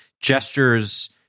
gestures